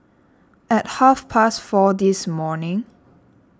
at half past four this morning